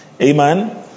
Amen